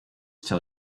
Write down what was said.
tell